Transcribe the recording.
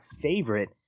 favorite